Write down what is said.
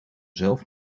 zelf